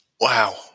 wow